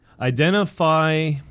identify